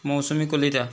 Mousumi Kalita